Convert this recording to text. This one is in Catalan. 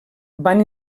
van